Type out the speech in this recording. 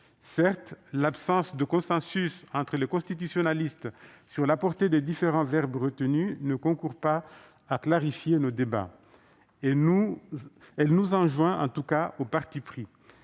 Certes, l'absence de consensus entre les constitutionnalistes sur la portée des différents verbes retenus ne concourt pas à clarifier le débat. Elle nous enjoint en tout cas au parti pris.